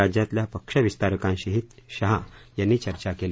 राज्यातल्या पक्षविस्तारकांशीही शहा यांनी चर्चा केली